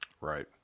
Right